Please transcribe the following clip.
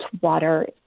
water